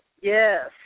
Yes